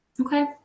Okay